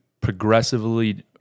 progressively